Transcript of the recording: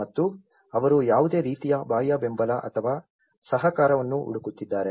ಮತ್ತು ಅವರು ಯಾವುದೇ ರೀತಿಯ ಬಾಹ್ಯ ಬೆಂಬಲ ಅಥವಾ ಸಹಕಾರವನ್ನು ಹುಡುಕುತ್ತಿದ್ದಾರೆ